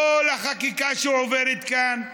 כל החקיקה שעוברת כאן,